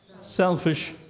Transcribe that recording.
selfish